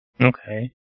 Okay